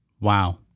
wow